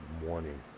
morning